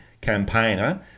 campaigner